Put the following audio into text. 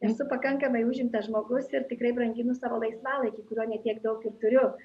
esu pakankamai užimtas žmogus ir tikrai branginu savo laisvalaikį kurio ne tiek daug ir turiu